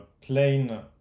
plane